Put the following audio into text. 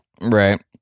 Right